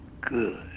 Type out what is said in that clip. good